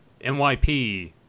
NYP